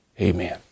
amen